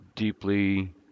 deeply